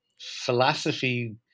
philosophy